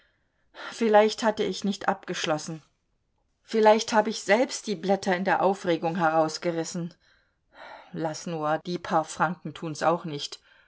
vielleicht hatte ich nicht abgeschlossen vielleicht hab ich selbst die blätter in der aufregung herausgerissen laß nur die paar franken tun's auch nicht